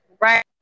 Right